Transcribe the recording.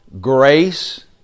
Grace